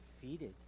defeated